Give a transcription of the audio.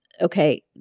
okay